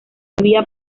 había